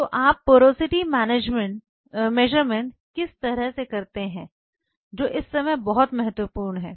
तो आप porosity measurements किस तरह से करते हैं जो इस समय बहुत महत्वपूर्ण है